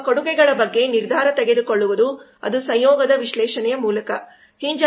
ನಮ್ಮ ಕೊಡುಗೆಗಳ ಬಗ್ಗೆ ನಿರ್ಧಾರ ತೆಗೆದುಕೊಳ್ಳುವುದು ಅದು ಸಂಯೋಗದ ವಿಶ್ಲೇಷಣೆಯ ಮೂಲಕ